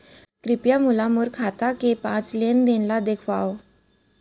कृपया मोला मोर खाता के पाँच लेन देन ला देखवाव